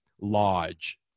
lodge